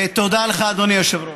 תודה לך, אדוני היושב-ראש.